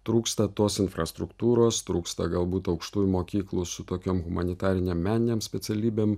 trūksta tos infrastruktūros trūksta galbūt aukštųjų mokyklų su tokiom humanitarinėm meninėm specialybėm